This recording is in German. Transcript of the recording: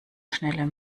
schneller